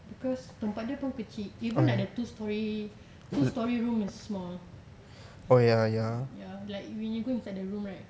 because tempat dia pun kecil even at the two storey two storey room is small ya like when yo go inside the room right